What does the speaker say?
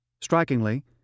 Strikingly